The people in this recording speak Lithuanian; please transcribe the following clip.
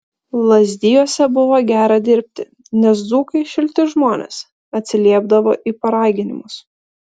lazdijuose buvo gera dirbti nes dzūkai šilti žmonės atsiliepdavo į paraginimus